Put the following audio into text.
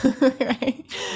right